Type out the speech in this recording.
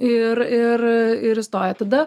ir ir ir įstoja tada